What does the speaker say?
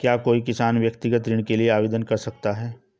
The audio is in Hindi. क्या कोई किसान व्यक्तिगत ऋण के लिए आवेदन कर सकता है?